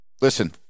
listen